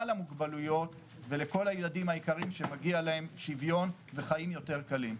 המוגבלויות ולכל הילדים היקרים שמגיע להם שוויון וחיים יותר קלים.